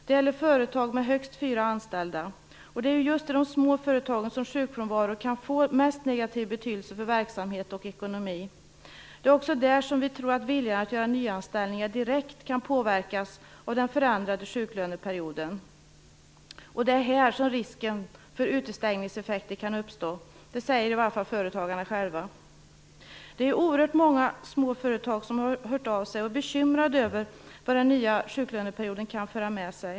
Det gäller företag med högst fyra anställda. Det är just i de små företagen som sjukfrånvaron kan få mest negativ betydelse för verksamhet och ekonomi. Det är också där som vi tror att viljan till nyanställningar och den förändrade sjuklöneperioden direkt kan påverkas. Det är här som risker för utestängningseffekter kan uppstå. Det säger företagarna själva. Det är oerhört många småföretag som har hört av sig och varit bekymrade över vad den nya sjuklöneperioden kan föra med sig.